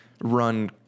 run